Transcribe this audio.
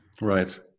Right